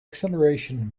acceleration